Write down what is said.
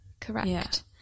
Correct